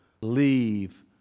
leave